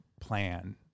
plan